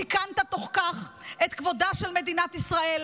סיכנת תוך כך את כבודה של מדינת ישראל,